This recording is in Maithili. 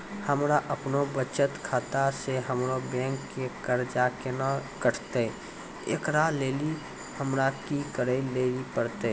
हमरा आपनौ बचत खाता से हमरौ बैंक के कर्जा केना कटतै ऐकरा लेली हमरा कि करै लेली परतै?